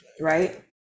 right